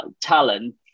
talent